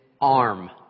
arm